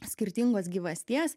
skirtingos gyvasties